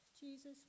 Jesus